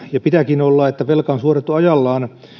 ja pitääkin olla jotain merkitystä että velka on suoritettu ajallaan